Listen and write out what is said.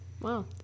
Wow